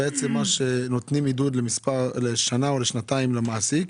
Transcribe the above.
עידוד שניתן לשנה או לשנתיים למעסיק.